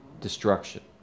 destruction